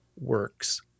works